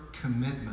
Commitment